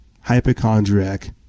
hypochondriac